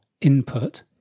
input